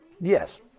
Yes